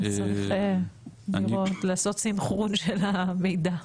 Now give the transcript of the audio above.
צריך לעשות סנכרון של המידע.